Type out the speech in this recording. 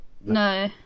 No